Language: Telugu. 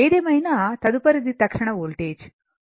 ఏదేమైనా తదుపరిది తక్షణ వోల్టేజ్ ఇది vR VL v